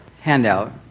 handout